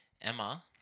Emma